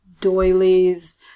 doilies